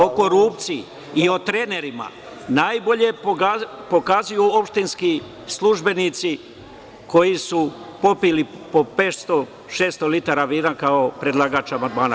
O korupciji i o trenerima najbolje pokazuju opštinski službenici koji su popili po 500-600 litara vina, kao predlagač ovog amandmana.